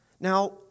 Now